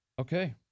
Okay